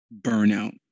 burnout